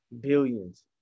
billions